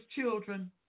children